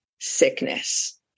sickness